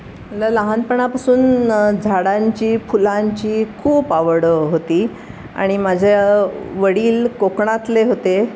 मला लहानपणापासून झाडांची फुलांची खूप आवड होती आणि माझ्या वडील कोकणातले होते